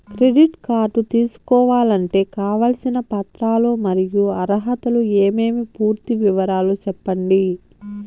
Credit card తీసుకోవాలంటే కావాల్సిన పత్రాలు మరియు అర్హతలు ఏమేమి పూర్తి వివరాలు సెప్పండి?